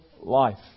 life